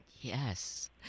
Yes